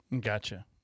Gotcha